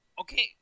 Okay